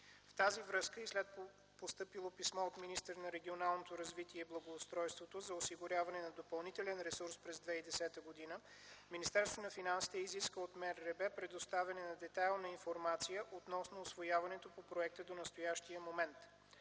В тази връзка и след постъпило писмо от министъра на регионалното развитие и благоустройството за осигуряване на допълнителен ресурс през 2010 г. Министерството на финансите изисква от МРРБ предоставяне на детайлна информация относно усвояването по проекта до настоящия момент.